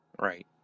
Right